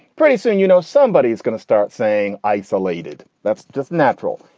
pretty soon, you know, somebody is going to start saying isolated. that's just natural,